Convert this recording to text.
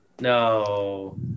No